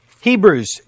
Hebrews